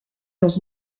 dans